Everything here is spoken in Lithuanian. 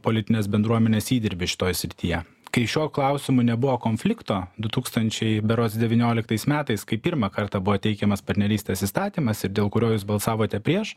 politinės bendruomenės įdirbis šitoj srityje kai šiuo klausimu nebuvo konflikto du tūkstančiai berods devynioliktais metais kai pirmą kartą buvo teikiamas partnerystės įstatymas ir dėl kurio jūs balsavote prieš